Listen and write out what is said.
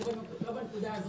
לא בנקודה האת.